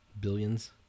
Billions